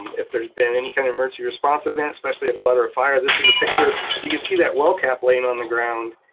um if there's been any kind of emergency responsiveness, especially a flood or a fire. this is a picture. you can see that well cap laying on the ground.